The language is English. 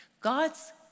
God's